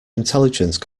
intelligence